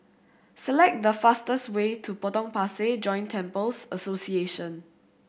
select the fastest way to Potong Pasir Joint Temples Association